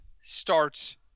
starts –